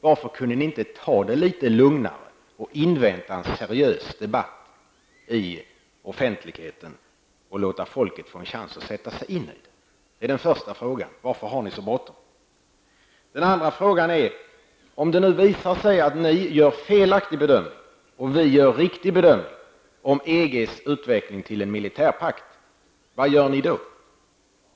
Varför kunde ni inte ta det litet lugnare och invänta en seriös debatt i offentligheten och ge folk en chans att sätta sig in i frågan? Vidare: Om det nu visar sig att ni gör en felaktig bedömning och vi gör en riktig bedömning om EGs utveckling till en militärpakt, vad gör ni då?